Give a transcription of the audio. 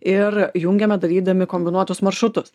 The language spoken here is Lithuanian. ir jungiame darydami kombinuotus maršrutus